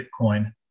Bitcoin